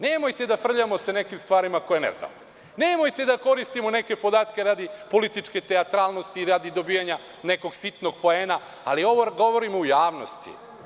Nemojte da se frljamo nekim stvarima koje ne znamo, nemojte da koristimo neke podatke radi političke teatralnosti i radi dobijanja nekog sitnog poena, ali ovo govorimo u javnosti.